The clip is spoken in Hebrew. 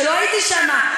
כשלא הייתי שם.